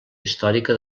històrica